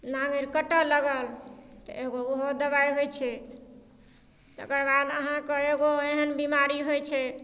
नाङ्गरि कटऽ लगल तऽ एगो ओहो दबाइ होइ छै तकर बाद अहाँके एगो एहन बीमारी होइ छै